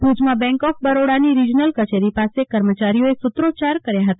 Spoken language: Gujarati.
ભુજમાં બેંન્ક ઓફ બરોડાની રિજીનલ કચેરી પાસે કર્મચારીઓએ સુત્રોચ્યાર કર્યા હતા